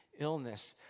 illness